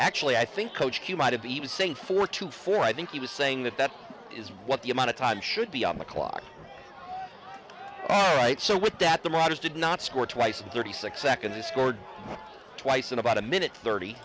actually i think coach q might have even saying four to four i think he was saying that that is what the amount of time should be on the clock right so with that the writers did not score twice thirty six seconds scored twice in about a minute thirty